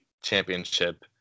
Championship